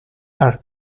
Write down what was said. are